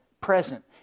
present